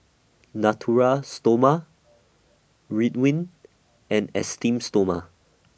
Natura Stoma Ridwind and Esteem Stoma